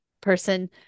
person